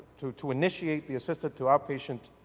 to to initiate the assistance to outpatient,